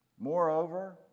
Moreover